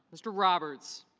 mr. roberts